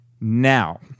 now